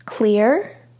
Clear